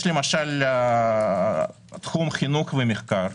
יש, למשל, תחום חינוך ומחקר,